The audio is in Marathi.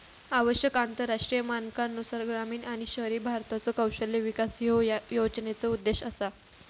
आवश्यक आंतरराष्ट्रीय मानकांनुसार ग्रामीण आणि शहरी भारताचो कौशल्य विकास ह्यो या योजनेचो उद्देश असा